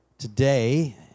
Today